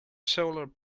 solar